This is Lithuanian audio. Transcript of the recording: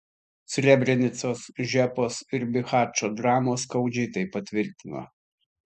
srebrenicos žepos ir bihačo dramos skaudžiai tai patvirtino